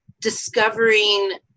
discovering